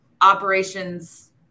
operations